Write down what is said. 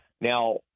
Now